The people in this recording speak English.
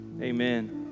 Amen